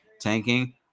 tanking